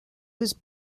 was